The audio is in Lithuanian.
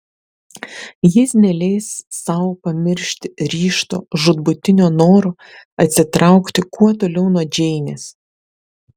jis neleis sau pamiršti ryžto žūtbūtinio noro atsitraukti kuo toliau nuo džeinės